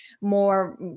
more